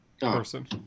person